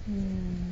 hmm